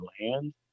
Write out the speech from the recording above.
land